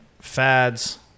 fads